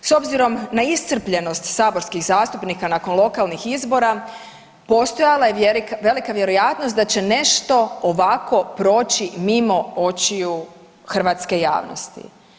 S obzirom na iscrpljenost saborskih zastupnika nakon lokalnih izbora postojala je velika vjerojatnost da će nešto ovako proći mimo očiju hrvatske javnosti.